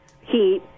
heat